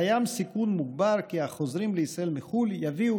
קיים סיכון מוגבר כי החוזרים לישראל מחו"ל יביאו